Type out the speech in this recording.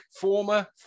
former